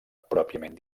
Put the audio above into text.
pròpiament